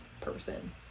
person